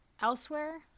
elsewhere